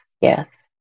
Yes